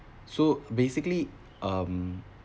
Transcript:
so basically um